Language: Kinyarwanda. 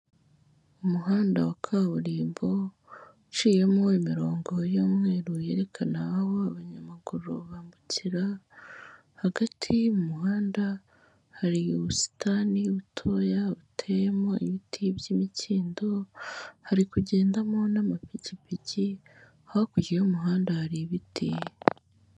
Umuhanda wa kaburimbo uciyemo imirongo y'umweru yerekana aho abanyamaguru bambukira, hagati mu muhanda hari ubusitani butoya buteyemo ibiti by'imikindo, hari kugendamo n'amapikipiki hakurya y'umuhanda hari ibiti.